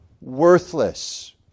worthless